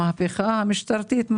המהפכה המשטרתית.